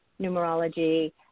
numerology